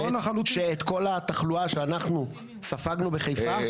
שאת כל התחלואה שאנחנו ספגנו בחיפה,